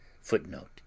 footnote